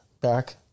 back